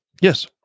Yes